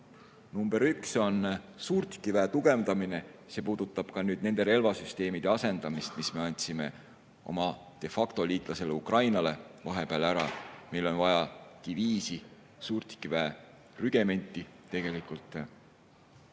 Number üks on suurtükiväe tugevdamine. See puudutab ka nende relvasüsteemide asendamist, mis me andsime omade factoliitlasele Ukrainale vahepeal ära. Meil on vaja diviisi suurtükiväe rügementi. Tegelikult